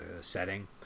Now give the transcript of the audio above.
setting